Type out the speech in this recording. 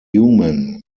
human